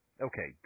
okay